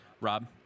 Rob